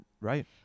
Right